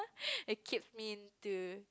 a cape mean to